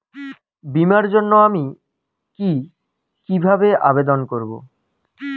বিমার জন্য আমি কি কিভাবে আবেদন করব?